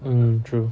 mm true